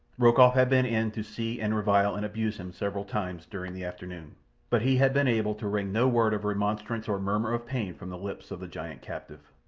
rokoff had been in to see and revile and abuse him several times during the afternoon but he had been able to wring no word of remonstrance or murmur of pain from the lips of the giant captive.